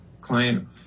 client